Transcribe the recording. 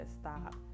stop